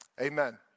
Amen